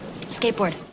Skateboard